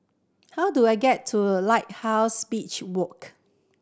how do I get to Lighthouse Beach Walk